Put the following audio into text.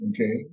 Okay